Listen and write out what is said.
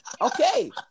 Okay